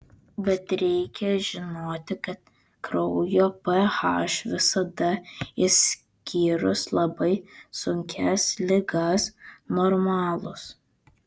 bet reikia žinoti kad kraujo ph visada išskyrus labai sunkias ligas normalus